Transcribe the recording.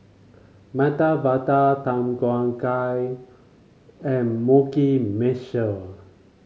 Medu Vada Tom Kha Gai and Mugi Meshi